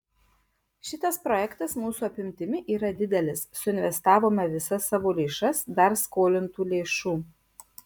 šitas projektas mūsų apimtimi yra didelis suinvestavome visas savo lėšas dar skolintų lėšų